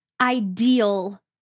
ideal